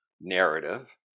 narrative